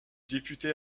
député